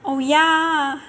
oh yeah